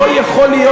לא יכול להיות,